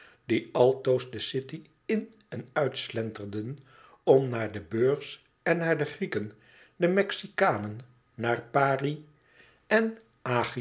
die altoos de city in en uitslenterden om naar de beurs en naar de grieken de mexicanen naar pari en